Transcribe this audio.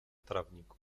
trawników